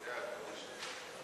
סעיפים 1